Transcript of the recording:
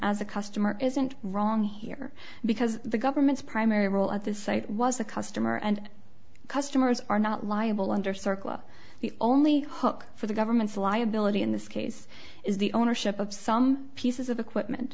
the customer isn't wrong here because the government's primary role at this site was the customer and customers are not liable under circle the only huck for the government's liability in this case is the ownership of some pieces of equipment